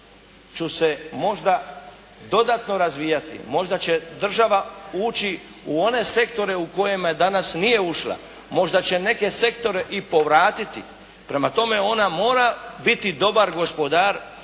će se možda dodatno razvijati, možda će država ući u one sektore u kojima danas nije ušla, možda će neke sektore i povratiti. Prema tome, ona mora biti dobar gospodar